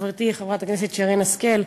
וחברתי חברת הכנסת שרן השכל,